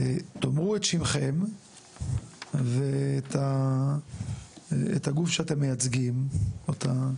תאמרו את שמכם ואת הגוף שאתם מייצגים אותם.